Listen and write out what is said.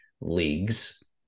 leagues